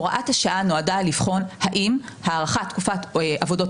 הוראת השעה נועדה לבחון האם הארכת תקופת עבודות